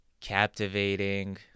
captivating